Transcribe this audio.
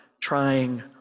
trying